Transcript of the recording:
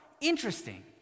Interesting